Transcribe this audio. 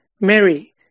Mary